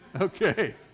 Okay